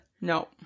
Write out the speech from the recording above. No